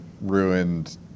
ruined